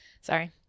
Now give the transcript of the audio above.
Sorry